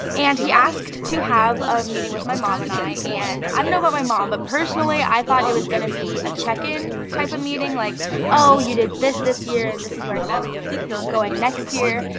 and he asked to have a meeting with my mom and i. and i don't know about my mom, but personally i thought it was going to be a check in type of meeting. like oh, you did this this year and this is where i see you going next year,